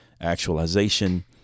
actualization